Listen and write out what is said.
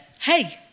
hey